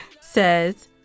says